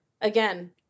Again